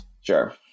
Sure